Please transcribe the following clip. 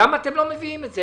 למה אתם לא מביאים את זה?